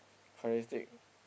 characteristic